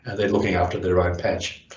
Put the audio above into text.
they're looking after their own patch.